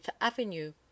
Avenue